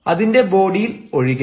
അതിന്റെ ബോഡിയിൽ ഒഴികെ